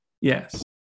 Yes